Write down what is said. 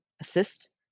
assist